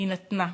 היא נתנה.